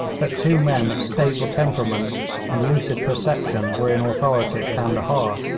that two men of stable temperament and lucid perception were in authority at candahar.